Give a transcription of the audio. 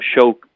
show